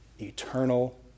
eternal